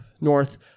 North